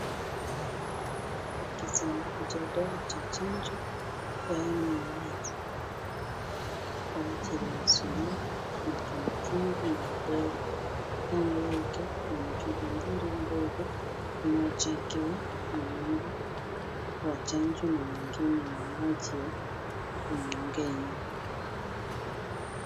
Kisanduku cha dawa cha chanjo ya M-M-R, kwa ajili ya surua, matumbwitumbwi na rubella. Kando yake kuna chupa mbili ndogo, moja ikiwa na chanjo na nyingine yenye maji ya kumengenya.